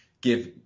give